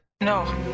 No